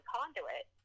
Conduit